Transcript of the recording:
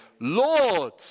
Lord